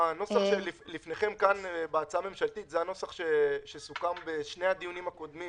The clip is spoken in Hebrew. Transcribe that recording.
הנוסח שלפניכם בהצעה הממשלתית הוא הנוסח שסוכם בשני הדיונים הקודמים